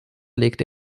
legte